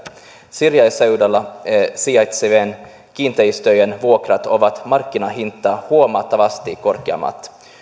syrjäseudulla sijaitsevien kiinteistöjen vuokrat ovat markkinahintaa huomattavasti korkeammat